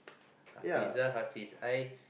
Hafiza Hafiz I